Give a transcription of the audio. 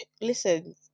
Listen